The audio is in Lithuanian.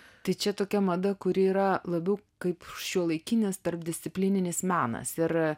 tai čia tokia mada kuri yra labiau kaip šiuolaikinis tarpdisciplininis menas ir